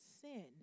sin